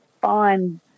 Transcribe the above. fine –